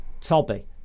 Toby